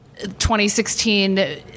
2016